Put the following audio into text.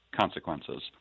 consequences